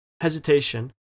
hesitation